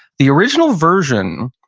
the original version,